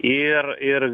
ir ir